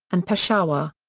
and peshawar.